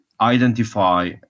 identify